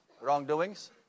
wrongdoings